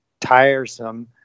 tiresome